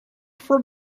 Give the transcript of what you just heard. through